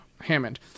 Hammond